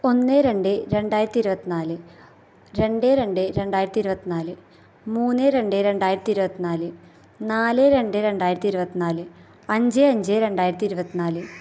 ഒന്ന് രണ്ട് രണ്ടായിരത്തി ഇരുപത്തിനാല് രണ്ട് രണ്ട് രണ്ടായിരത്തി ഇരുപത്തിനാല് മൂന്ന് രണ്ട് രണ്ടായിരത്തി ഇരുപത്തിനാല് നാല് രണ്ട് രണ്ടായിരത്തി ഇരുപത്തിനാല് അഞ്ച് അഞ്ച് രണ്ടായിരത്തി ഇരുപത്തിനാല്